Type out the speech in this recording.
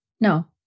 no